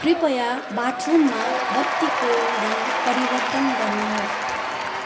कृपया बाथरुममा बत्तीको रङ परिवर्तन गर्नुहोस्